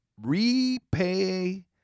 Repay